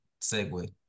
segue